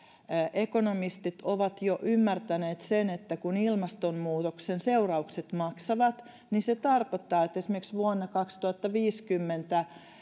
ekonomistit ovat jo ymmärtäneet sen että kun ilmastonmuutoksen seuraukset maksavat niin se tarkoittaa sitä että esimerkiksi vuonna kaksituhattaviisikymmentä